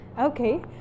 okay